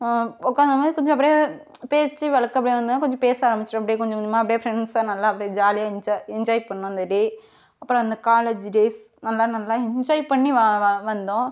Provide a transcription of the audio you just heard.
உட்காந்துருந்தோம் கொஞ்சம் அப்படியே பேச்சு வழக்கப்படி வந்து கொஞ்சம் பேச ஆரம்பித்தோம் அப்படியே கொஞ்சம் கொஞ்சமாக அப்படியே ஃப்ரெண்ட்சாக நல்லா அப்படியே ஜாலியாக என்ஜாய் என்ஜாய் பண்ணோம் அந்த டே அப்புறம் அந்த காலேஜ் டேஸ் நல்லா நல்லா என்ஜாய் பண்ணி வந்தோம்